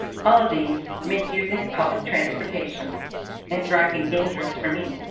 all of these made using public transportation and driving dangerous for me.